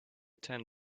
ten